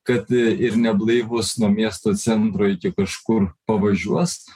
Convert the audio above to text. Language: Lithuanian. kad ir neblaivus nuo miesto centro iki kažkur pavažiuos